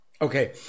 Okay